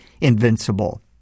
Invincible